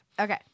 Okay